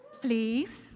please